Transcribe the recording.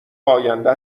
آینده